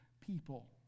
people